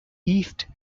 east